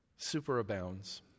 superabounds